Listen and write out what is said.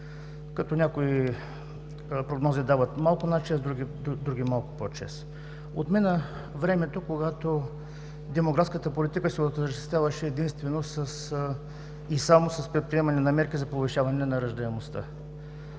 като някои прогнози дават малко над 6, други малко под 6. Отмина времето, когато демографската политика се отъждествяваше единствено и само с предприемане на мерки за повишаване на раждаемостта.